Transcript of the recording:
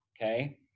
okay